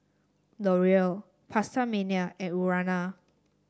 L'Oreal PastaMania and Urana